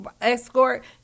escort